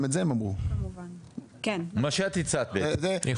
מה שאת הצעת, בעצם.